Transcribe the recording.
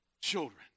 children